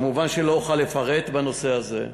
כמובן, לא אוכל לפרט בנושא הזה.